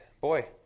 boy